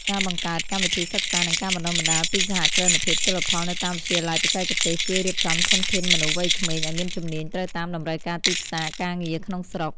ការបង្កើតកម្មវិធីសិក្សា និងការបណ្ដុះបណ្ដាលពីសហគ្រិនភាពជលផលនៅតាមវិទ្យាល័យបច្ចេកទេស ជួយរៀបចំធនធានមនុស្សវ័យក្មេងឱ្យមានជំនាញត្រូវតាមតម្រូវការទីផ្សារការងារក្នុងស្រុក។